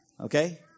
Okay